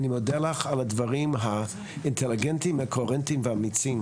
אני מודה לך על הדברים האינטליגנטיים והקוהרנטיים והאמיצים,